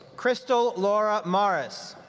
crystal laura morris.